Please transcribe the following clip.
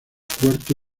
cuarto